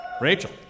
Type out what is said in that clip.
Rachel